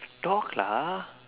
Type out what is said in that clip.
talk lah